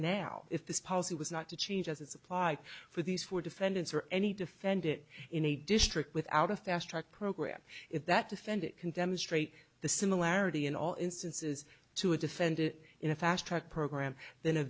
now if this policy was not to change as it's applied for these four defendants or any defend it in a district without a fast track program if that defendant can demonstrate the similarity in all instances to a defended in a fast track program then